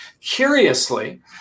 Curiously